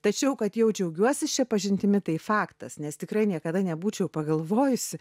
tačiau kad jau džiaugiuosi šia pažintimi tai faktas nes tikrai niekada nebūčiau pagalvojusi